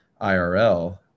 IRL